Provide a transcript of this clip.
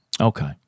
Okay